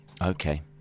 okay